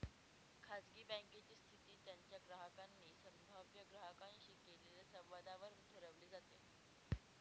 खाजगी बँकेची स्थिती त्यांच्या ग्राहकांनी संभाव्य ग्राहकांशी केलेल्या संवादावरून ठरवली जाते